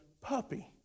puppy